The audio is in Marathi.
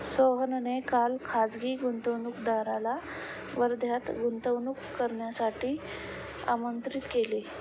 सोहनने काल खासगी गुंतवणूकदाराला वर्ध्यात गुंतवणूक करण्यासाठी आमंत्रित केले